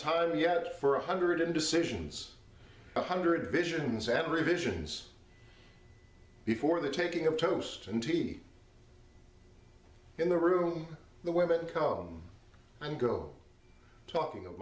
tire yet for a hundred and decisions a hundred visions at revisions before the taking of toast and tea in the room the women come and go talking of